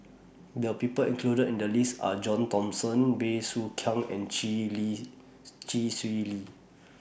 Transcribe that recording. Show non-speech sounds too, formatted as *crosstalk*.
The People included in The list Are John Thomson Bey Soo Khiang and Chee Lee *noise* Chee Swee Lee